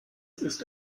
ist